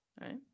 Right